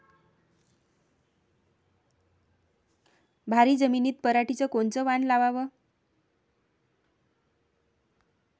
भारी जमिनीत पराटीचं कोनचं वान लावाव?